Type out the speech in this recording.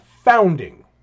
founding